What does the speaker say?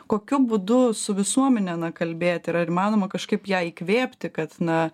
kokiu būdu su visuomene na kalbėti ar įmanoma kažkaip ją įkvėpti kad na